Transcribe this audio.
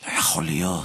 לא יכול להיות.